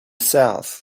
south